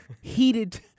heated –